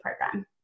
program